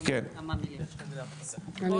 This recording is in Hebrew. כל